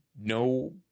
no